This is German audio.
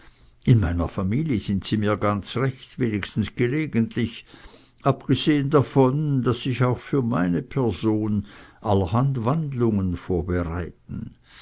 in meiner familie sind sie mir ganz recht wenigstens gelegentlich abgesehen davon daß sich auch für meine person allerhand wandlungen vorbereiten